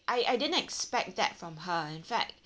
I I didn't expect that from her in fact